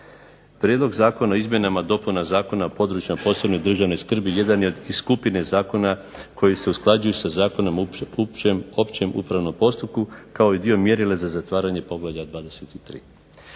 Prijedlog zakona o izmjenama i dopunama Zakona o područjima posebne državne skrbi jedan je od iz skupine zakona koji se usklađuju sa Zakonom o općem upravnom postupku kao i dio mjerila za zatvaranje poglavlja 23.